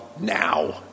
now